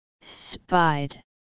Spied